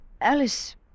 Alice